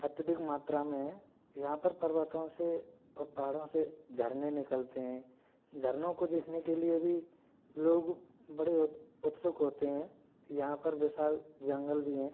अत्यधिक मात्रा में यहाँ पर पर्वतों से और पहाड़ों से झरने निकलते हैं झरनों को देखने के लिए भी लोग बड़े उत्सुक होते हैं यहाँ पर विशाल जंगल भी हैं